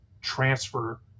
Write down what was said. transfer